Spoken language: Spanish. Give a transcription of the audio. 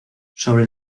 sobre